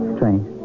Strange